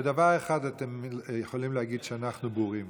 בדבר אחד אתם יכולים להגיד שאנחנו בורים: